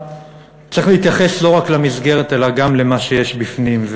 צריך להתייחס לא רק למסגרת אלא גם למה שיש בפנים,